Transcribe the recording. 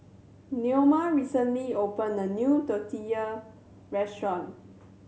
Neoma recently opened a new Tortillas Restaurant